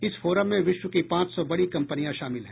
इस फोरम में विश्व की पांच सौ बड़ी कम्पनियां शामिल हैं